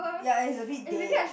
ya is a bit dead